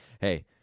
Hey